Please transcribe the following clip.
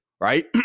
right